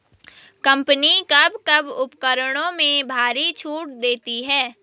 Company कब कब उपकरणों में भारी छूट देती हैं?